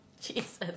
Jesus